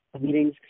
meetings